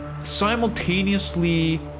Simultaneously